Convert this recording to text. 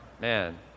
man